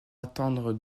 attendre